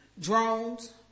drones